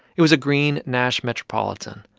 it was a green nash metropolitan.